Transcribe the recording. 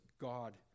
God